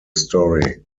story